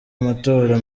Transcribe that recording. amatora